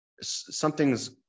something's